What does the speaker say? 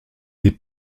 des